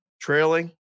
Trailing